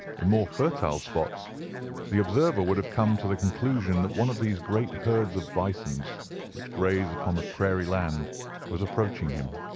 in more fertile spots the observer would have come to the conclusion that one of those great herds of bisons which graze upon the prairie land was approaching him.